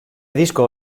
disco